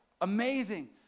amazing